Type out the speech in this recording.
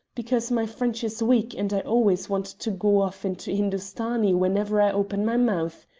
because my french is weak, and i always want to go off into hindustani whenever i open my mouth.